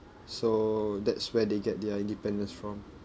so that's where they get their independence from